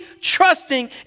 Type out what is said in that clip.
trusting